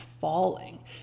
falling